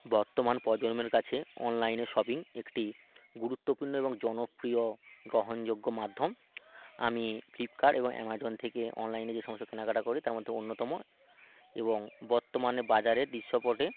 বর্তমান প্রজন্মের কাছে অনলাইনে শপিং একটি গুরুত্বপূর্ণ এবং জনপ্রিয় গ্রহণযোগ্য মাধ্যম আমি ফ্লিপকার্ট এবং অ্যামাজন থেকে অনলাইনে যে সমস্ত কেনাকাটা করি তার মধ্যে অন্যতম এবং বর্তমানে বাজারের দৃশ্যপটে